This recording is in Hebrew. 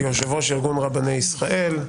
יושב-ראש ארגון רבני ישראל.